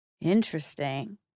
Interesting